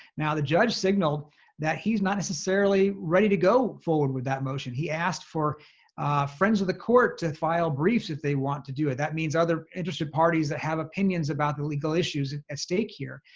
now the judge signaled that he's not necessarily ready to go forward with that motion. he asked for friends of the court to file briefs if they want to do it. that means other interested parties that have opinions about the legal issues at stake here.